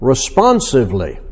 Responsively